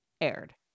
aired